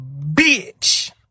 bitch